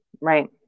Right